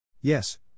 Yes